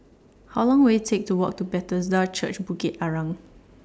How Long Will IT Take to Walk to Bethesda Church Bukit Arang